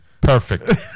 Perfect